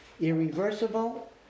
irreversible